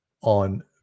on